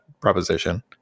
proposition